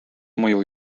mõju